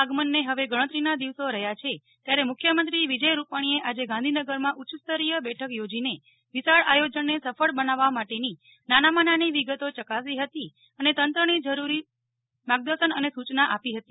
આગમન ને હવે ગણતરીના દિવસો રહ્યા છે ત્યારે મુખ્યમંત્રી વિજય રૂપાણીએ આજે ગાંધીનગરમાં ઉચ્ચસ્તરીય બેઠક યોજીને વિશાળ આયોજનને સફળ બનાવવા માટે ની નાના માં નાની વિગતો યકાસી હતી અને તંત્ર ની જરૂરી માર્ગદર્શન અને સૂચના આપી હતી